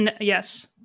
Yes